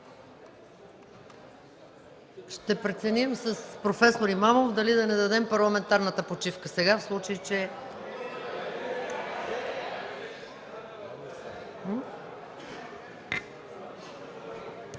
ще преценим с проф. Имамов дали да не дадем парламентарната почивка сега, в случай че...